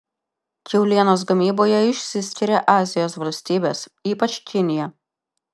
kiaulienos gamyboje išsiskiria azijos valstybės ypač kinija